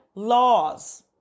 laws